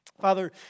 Father